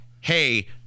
hey